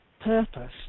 purpose